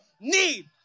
need